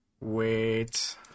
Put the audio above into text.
Wait